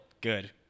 Good